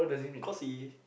cause he